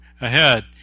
ahead